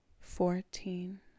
fourteen